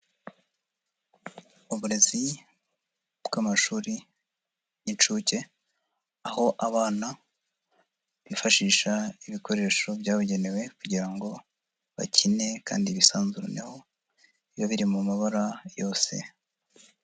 Uburezi bw'amashuri y'inshuke aho abana bifashisha ibikoresho byabugenewe kugira ngo bakine kandi bisanzuraneho, iyo biri mu mabara yose.